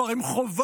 כלומר, הם חובה,